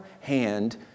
hand